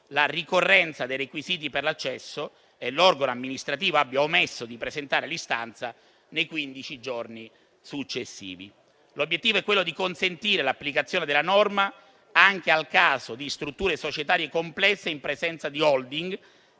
la ricorrenza dei requisiti per l'accesso e l'organo amministrativo abbia omesso di presentare l'istanza nei quindici giorni successivi. L'obiettivo è quello di consentire l'applicazione della norma anche al caso di strutture societarie complesse in presenza di *holding*